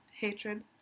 hatred